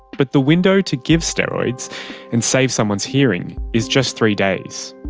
but the window to give steroids and save someone's hearing is just three days.